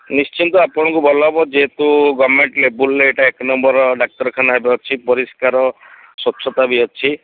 ନିଶ୍ଚିତ ଆପଣଙ୍କୁ ଭଲ ହେବ ଯେହେତୁ ଗଭର୍ଣ୍ଣମେଣ୍ଟ୍ ଲେବୁଲ୍ରେ ଏଇଟା ଏକ ନମ୍ବର୍ ଡାକ୍ତରଖାନା ଏବେ ଅଛି ପରିଷ୍କାର ସ୍ୱଚ୍ଛତା ବି ଅଛି